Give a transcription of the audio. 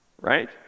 Right